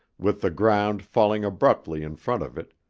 with the ground falling abruptly in front of it,